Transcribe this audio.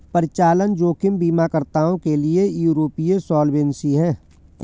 परिचालन जोखिम बीमाकर्ताओं के लिए यूरोपीय सॉल्वेंसी है